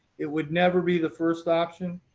it would never be the first option.